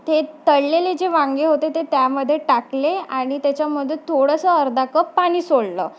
ते तळलेले जे वांगे होते ते त्यामध्ये टाकले आणि त्याच्यामध्ये थोडंसं अर्धा कप पाणी सोडलं